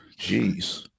Jeez